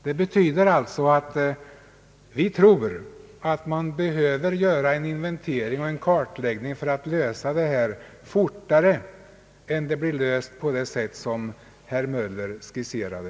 Detta bekräftar vår uppfattning att man behöver göra en inventering och en kartläggning för att lösa detta problem snabbar än det skulle bli löst med den metod som herr Möller skisserade.